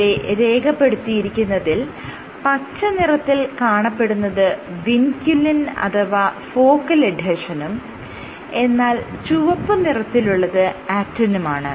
ഇവിടെ രേഖപ്പെടുത്തിയിരിക്കുന്നതിൽ പച്ച നിറത്തിൽ കാണപ്പെടുന്നത് വിൻക്യുലിൻ അഥവാ ഫോക്കൽ എഡ്ഹെഷനും എന്നാൽ ചുവപ്പ് നിറത്തിലുള്ളത് ആക്റ്റിനുമാണ്